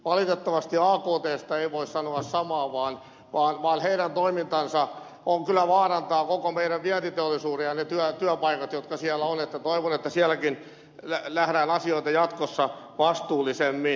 valitettavasti aktstä ei voi sanoa samaa vaan heidän toimintansa kyllä vaarantaa koko meidän vientiteollisuutemme ja ne työpaikat jotka siellä on että toivon että sielläkin nähdään asioita jatkossa vastuullisemmin